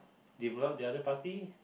develop the other party